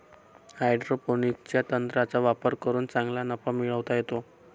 हायड्रोपोनिक्सच्या तंत्राचा वापर करून चांगला नफा मिळवता येतो